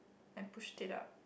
I push it up